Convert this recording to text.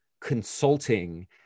consulting